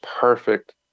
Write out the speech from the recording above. perfect